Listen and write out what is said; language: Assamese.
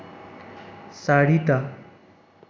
চাৰিটা